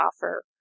offer